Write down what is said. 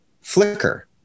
flicker